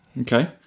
Okay